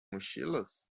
mochilas